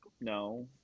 No